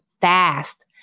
fast